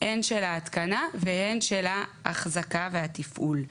הן של ההתקנה והן של האחזקה והתפעול.